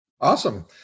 Awesome